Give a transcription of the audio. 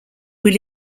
will